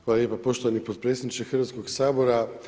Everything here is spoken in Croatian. Hvala lijepo poštovani potpredsjedniče Hrvatskog sabora.